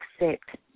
accept